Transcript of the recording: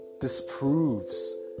disproves